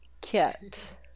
kit